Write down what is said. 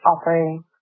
offering